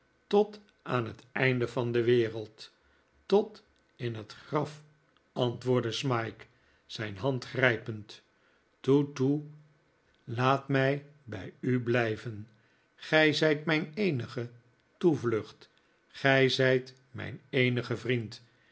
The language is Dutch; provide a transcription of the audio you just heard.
tot aan het einde van de wereld tot in het graf antwoordde smike zijn hand grijpend toe toe laat mij bij u blijven gij zijt mijn eenige toevlucht gij zijt mijn eenige vriend